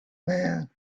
man